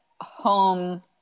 home